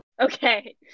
Okay